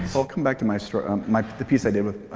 so i'll come back to my story, um my piece i did with